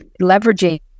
leveraging